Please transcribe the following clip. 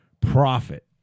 profit